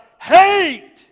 hate